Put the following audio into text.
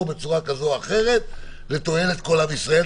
בצורה כזאת או אחרת לתועלת כל עם ישראל.